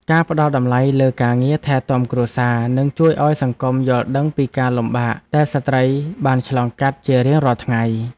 ការផ្តល់តម្លៃលើការងារថែទាំគ្រួសារនឹងជួយឱ្យសង្គមយល់ដឹងពីការលំបាកដែលស្ត្រីបានឆ្លងកាត់ជារៀងរាល់ថ្ងៃ។